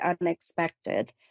unexpected